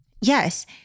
Yes